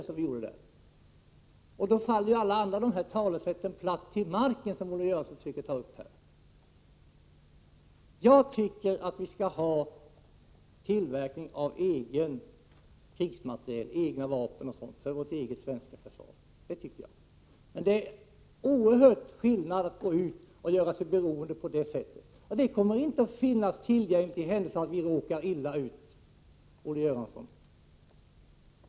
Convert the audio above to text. Alla de talesätt som Olle Göransson söker föra fram här faller platt till marken. Jag tycker att vi skall ha egen tillverkning av krigsmateriel för vårt eget svenska försvar. Men det är en oerhörd skillnad mellan detta och att göra sig beroende på det här sättet. Det kommer inte att finnas delar tillgängliga för den händelse vi råkar illa ut, Olle Göransson.